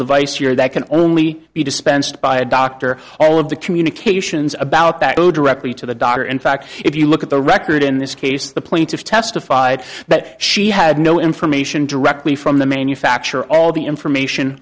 device year that can only be dispensed by a doctor all of the communications about that go directly to the doctor in fact if you look at the record in this case the plaintiff testified that she had no information directly from the manufacturer all the information